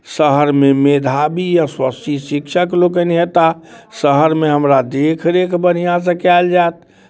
शहरमे मेधावी यशस्वी शिक्षक लोकनि हेताह शहरमे हमरा देखरेख बढ़िआँसँ कयल जायत